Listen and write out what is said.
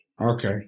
Okay